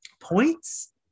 Points